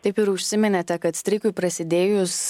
taip ir užsiminėte kad streikui prasidėjus